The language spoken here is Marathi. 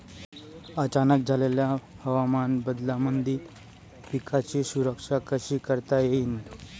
अचानक झालेल्या हवामान बदलामंदी पिकाची सुरक्षा कशी करता येईन?